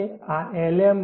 છે આ Lm